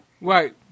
Right